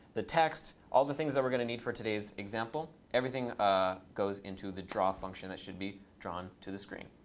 the text all the things that we're going to need for today's example. everything ah goes into the draw function that should be drawn to the screen.